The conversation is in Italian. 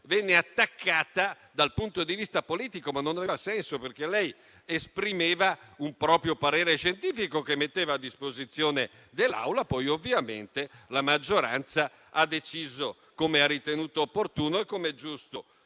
venne attaccata dal punto di vista politico, ma non aveva senso, perché lei esprimeva un proprio parere scientifico che metteva a disposizione dell'Assemblea, e poi ovviamente la maggioranza ha deciso come ha ritenuto opportuno, come è giusto